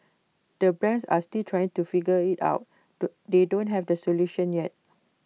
the brands are still try to figure IT out do they don't have the solution yet